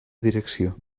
direcció